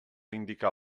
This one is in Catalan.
indicar